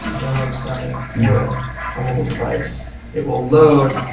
their website with a mobile device it will load